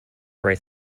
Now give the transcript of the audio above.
writes